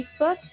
Facebook